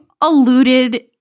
alluded